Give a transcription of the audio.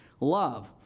love